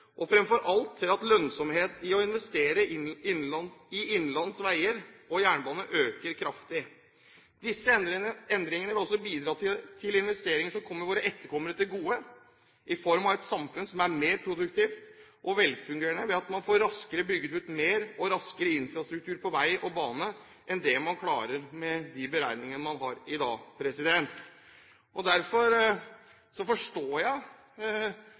og, fremfor alt, til at lønnsomheten i å investere innenlands i veier og jernbane øker kraftig. Disse endringene vil også bidra til investeringer som kommer våre etterkommere til gode, i form av et samfunn som er mer produktivt og velfungerende, ved at man får bygget ut mer infrastruktur på vei og bane raskere enn det man klarer med de beregningsmetodene man har i dag. Derfor forstår jeg Arbeiderpartiets Susanne Bratlis argumentasjon om at det er politikerne som til syvende og